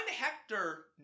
Hector